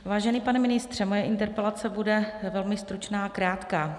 Vážený pane ministře, moje interpelace bude velmi stručná a krátká.